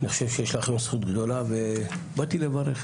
אני חושב שיש לכם זכות גדולה ובאתי לברך,